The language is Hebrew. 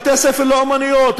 בתי-ספר לאמנויות,